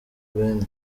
guinée